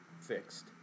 fixed